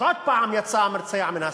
אז עוד פעם יצא המרצע מן השק.